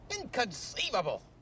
inconceivable